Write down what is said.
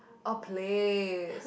oh place